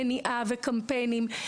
מניעה וקמפיינים.